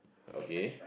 okay